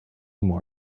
more